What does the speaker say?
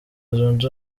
zunze